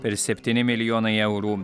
per septyni milijonai eurų